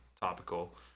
topical